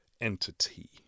entity